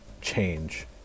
change